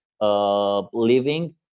living